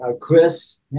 Chris